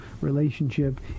relationship